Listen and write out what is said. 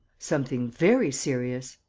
something very serious.